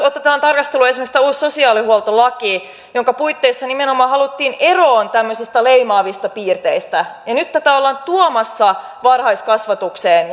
otetaan tarkasteluun esimerkiksi tämä uusi sosiaalihuoltolaki jonka puitteissa nimenomaan haluttiin eroon tämmöisistä leimaavista piirteistä ja nyt tätä ollaan tuomassa varhaiskasvatukseen